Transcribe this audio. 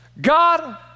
God